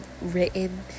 written